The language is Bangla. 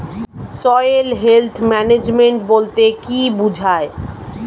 সয়েল হেলথ ম্যানেজমেন্ট বলতে কি বুঝায়?